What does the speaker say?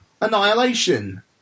Annihilation